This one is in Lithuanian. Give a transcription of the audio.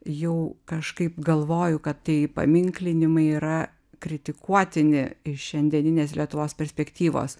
jau kažkaip galvoju kad tie įpaminklinimai yra kritikuotini iš šiandieninės lietuvos perspektyvos